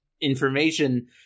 information